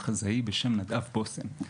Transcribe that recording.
מחזאי בשם נדב בושם,